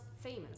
famous